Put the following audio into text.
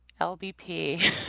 LBP